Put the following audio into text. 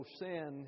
sin